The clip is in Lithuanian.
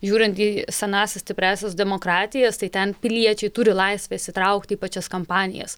žiūrint į senąsias stipriąsias demokratijas tai ten piliečiai turi laisvę įsitraukti į pačias kampanijas